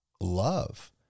love